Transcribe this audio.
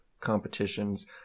competitions